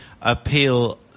appeal